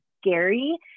scary